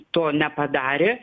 to nepadarė